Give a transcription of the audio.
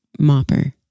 mopper